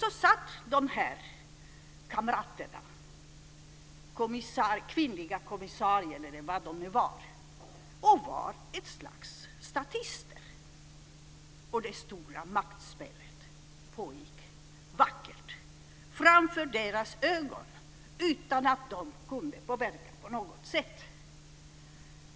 Så satt de här kamraterna, de kvinnliga kommissarierna eller vad de nu var, som ett slags statister. Det stora maktspelet pågick, vackert, framför deras ögon utan att de kunde påverka på något sätt.